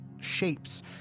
shapes